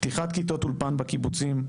פתיחת כיתות אולפן בקיבוצים,